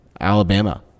Alabama